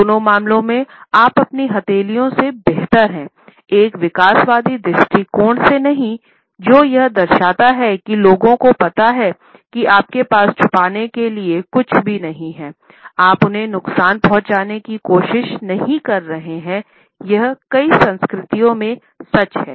दोनों मामले में आप अपनी हथेलियों से बेहतर हैं एक विकासवादी दृष्टिकोण से नहीं जो यह दर्शाता है कि लोगों को पता है कि आपके पास छुपाने के लिए कुछ भी नहीं है आप उन्हें नुकसान पहुंचाने की कोशिश नहीं कर रहे हैं यह कई संस्कृतियों में सच है